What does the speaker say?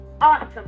awesome